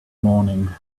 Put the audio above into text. morning